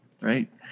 right